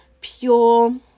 Pure